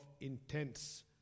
intense